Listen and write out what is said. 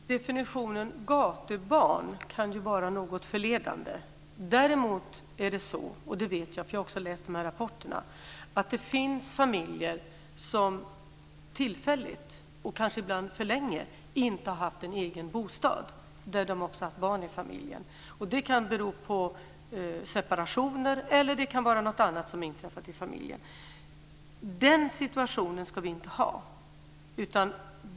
Fru talman! Definitionen "gatubarn" kan vara något vilseledande. Också jag har läst de här rapporterna, och jag vet att det finns barnfamiljer som tillfälligt och kanske ibland för länge inte har haft en egen bostad. Det kan bero på en separation eller på något annat som har inträffat i familjen. En sådan situation ska vi inte ha.